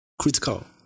critical